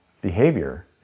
behavior